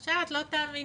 עכשיו, לא תאמיני